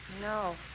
No